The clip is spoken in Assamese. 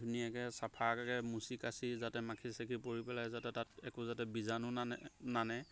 ধুনীয়াকৈ চাফাকৈ মচি কাচি যাতে মাখি চাখি পৰি পেলাই যাতে তাত একো যাতে বীজাণু নানে নানে